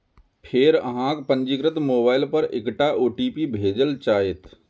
फेर अहांक पंजीकृत मोबाइल पर एकटा ओ.टी.पी भेजल जाएत